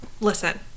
listen